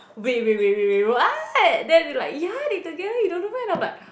wait wait wait wait wait what then they like ya they together you don't know meh then but